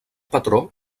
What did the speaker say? patró